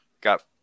Got